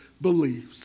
beliefs